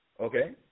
Okay